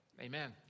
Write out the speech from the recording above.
Amen